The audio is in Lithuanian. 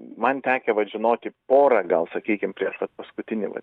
man tekę vat žinoti porą gal sakykim prieš pat paskutinį va